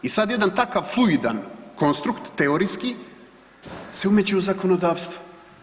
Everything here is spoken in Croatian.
I sad jedan takav fluidan konstrukt teorijski se umeće i u zakonodavstvo.